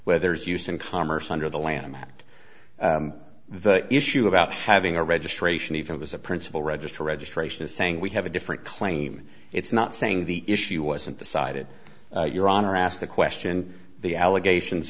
where there's use in commerce under the lanham act the issue about having a registration if it was a principal register registration is saying we have a different claim it's not saying the issue wasn't decided your honor asked the question the allegations